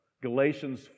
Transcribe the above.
Galatians